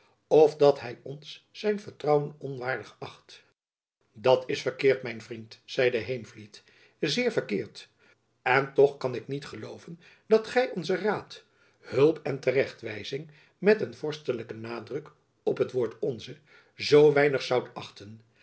f dat hy ons zijn vertrouwen onwaardig acht dat is verkeerd mijn vriend zeide heenvliet zeer verkeerd en toch kan ik niet gelooven dat gy onze raad hulp en terechtwijzing met een vorstelijken nadruk op het woord onze zoo weinig zoudt achten